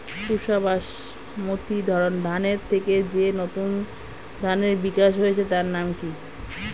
পুসা বাসমতি ধানের থেকে যে নতুন ধানের বিকাশ হয়েছে তার নাম কি?